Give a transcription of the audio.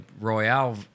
Royale